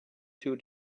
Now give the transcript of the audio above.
too